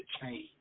change